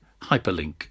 Hyperlink